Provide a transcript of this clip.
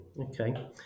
Okay